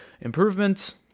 improvements